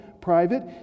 private